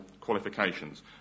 qualifications